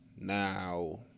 now